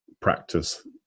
practice